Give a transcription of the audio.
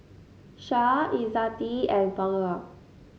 Syah Izzati and Bunga